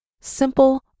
simple